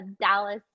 Dallas